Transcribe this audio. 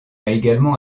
également